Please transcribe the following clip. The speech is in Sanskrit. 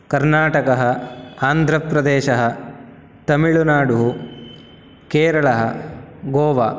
कर्नाटकः आन्ध्रप्रदेशः तमिल्नाडुः केरलः गोवा